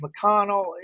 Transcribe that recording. McConnell